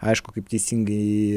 aišku kaip teisingai